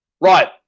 Right